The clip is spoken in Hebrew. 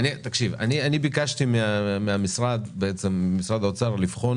ביקשתי ממשרד האוצר לבחון